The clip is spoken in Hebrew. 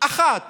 אחת